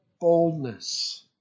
boldness